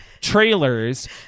trailers